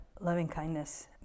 loving-kindness